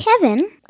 Kevin